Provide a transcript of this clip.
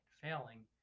failing